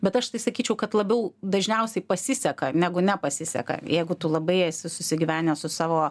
bet aš tai sakyčiau kad labiau dažniausiai pasiseka negu nepasiseka jeigu tu labai esi susigyvenęs su savo